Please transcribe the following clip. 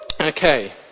Okay